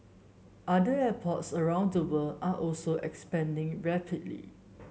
other airports around the world are also expanding rapidly